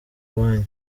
iwanyu